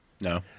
No